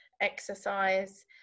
exercise